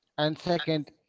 and second,